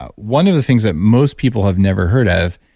ah one of the things that most people have never heard of,